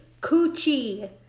Coochie